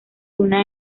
luna